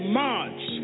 march